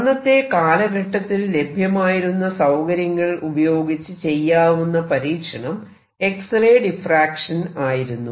അന്നത്തെ കാലഘട്ടത്തിൽ ലഭ്യമായിരുന്ന സൌകര്യങ്ങൾ ഉപയോഗിച്ച് ചെയ്യാവുന്ന പരീക്ഷണം എക്സ്റേ ഡിഫ്റാക്ഷൻ ആയിരുന്നു